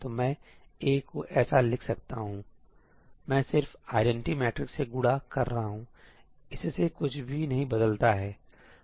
तो मैं A को ऐसा लिख सकता हूं सही है मैं सिर्फ आइडेंटिटी मैट्रिक्स से गुणा कर रहा हूं इससे कुछ भी नहीं बदलता है